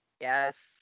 Yes